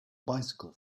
bicycle